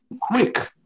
quick